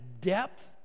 depth